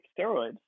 steroids